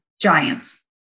giants